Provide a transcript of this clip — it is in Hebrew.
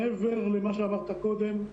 מעבר למה שאמרת קודם,